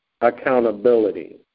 accountability